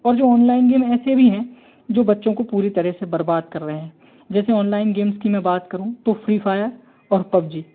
और जो online game ऐसे भी हैं जो बच्चों को पूरी तरह से बर्बाद कर रहे हैं जैसे ऑनलाइन गेम्स की मैं बात करूँ तो फ्री फायर और पब जी